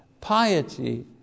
piety